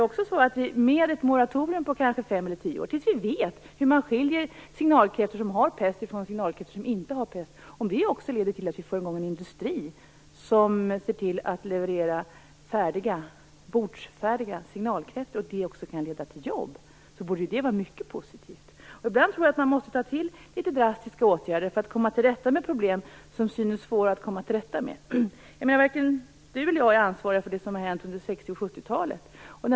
Om ett moratorium på 5-10 år, tills vi vet hur man skiljer signalkräftor som har pest från signalkräftor som inte har pest, leder till att vi får i gång en industri som ser till att leverera bordsfärdiga signalkräftor och att det också kan leda till nya jobb, borde det vara mycket positivt. Ibland tror jag att man måste ta till litet drastiska åtgärder för att komma till rätta med problem som synes svåra att komma till rätta med. Varken Annika Åhnberg eller jag är ansvariga för det som har hänt under 60 och 70-talet.